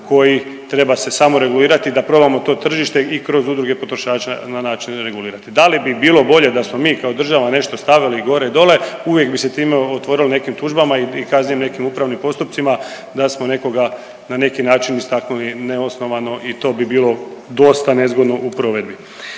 koji treba se samo regulirati da probamo to tržište i kroz udruge potrošača na način regulirati. Da li bi bilo bolje da smo mi kao država nešto stavili gore dole uvijek bi se time otvorilo nekim tužbama i kasnije nekim upravnim postupcima da smo nekoga na neki način istaknuli neosnovano i to bi bilo dosta nezgodno u provedbi.